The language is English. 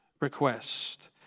request